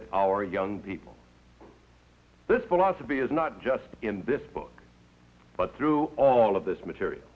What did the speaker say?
that our young people this philosophy is not just in this book but through all of this material